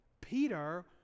Peter